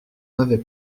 avait